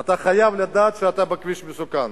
אתה חייב לדעת שאתה בכביש מסוכן.